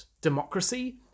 democracy